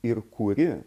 ir kuri